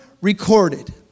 recorded